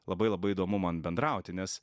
labai labai įdomu man bendrauti nes